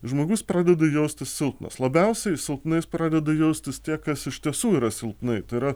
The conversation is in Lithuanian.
žmogus pradeda jaustis silpnas labiausiai silpnais pradeda jaustis tie kas iš tiesų yra silpni tai yra